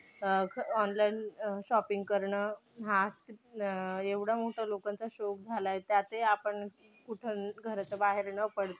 क् ऑनलाईन अ शॉपिंग करणं हा आस्तित् अ एवढा मोठा लोकांचा शौक झालाय त्यातही आपण कुठंन् घराच्या बाहेर न पडता